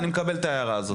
את ההערה הזאת אני מקבל.